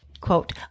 Quote